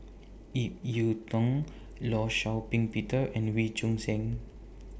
Ip Yiu Tung law Shau Ping Peter and Wee Choon Seng